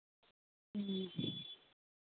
ᱦᱮᱸ